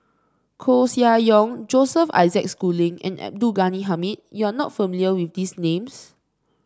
Koeh Sia Yong Joseph Isaac Schooling and Abdul Ghani Hamid you are not familiar with these names